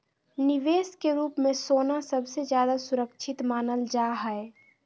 निवेश के रूप मे सोना सबसे ज्यादा सुरक्षित मानल जा हय